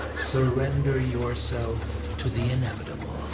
surrender yourself to the inevitable.